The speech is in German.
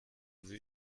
sie